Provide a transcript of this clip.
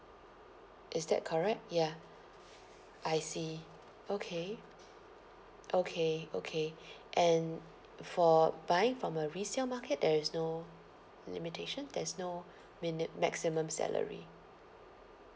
is that correct yeah I see okay okay okay and for buying from a resale market there is no limitation there's no mini~ maximum salary